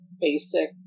basic